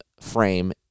frame